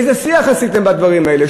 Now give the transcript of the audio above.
איזה שיח עשיתם בדברים האלה?